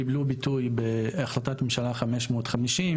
קיבלו ביטוי בהחלטת ממשלה 550,